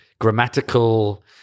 grammatical